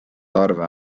arve